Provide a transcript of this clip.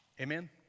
Amen